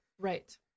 Right